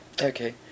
Okay